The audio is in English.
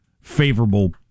favorable